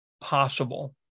possible